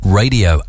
radio